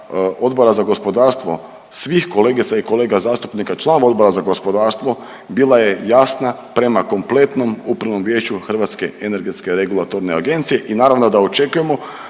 Odbora za gospodarstvo, svih kolegica i kolega zastupnika članova Odbora za gospodarstvo bila je jasna prema kompletnom vijeću Hrvatske energetske regulatorne agencije i naravno da očekujemo